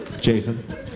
Jason